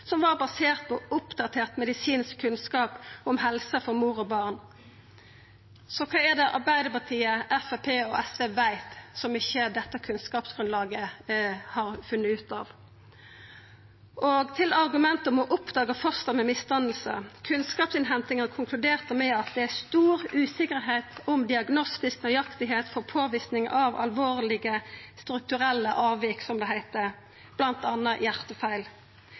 som var basert på oppdatert medisinsk kunnskap om helse for mor og barn. Så kva er det Arbeidarpartiet, Framstegspartiet og SV veit som dette kunnskapsgrunnlaget ikkje har funne ut av? Til argumentet om å oppdaga foster med misdanning: Kunnskapsinnhentinga konkluderte med at det er stor usikkerheit om diagnostisk nøyaktigheit for påvising av alvorlege strukturelle avvik, som det heiter